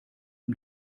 ihm